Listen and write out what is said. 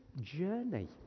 journey